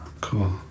Cool